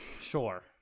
Sure